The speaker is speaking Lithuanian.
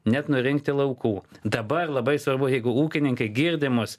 net nurinkti laukų dabar labai svarbu jeigu ūkininkai girdi mus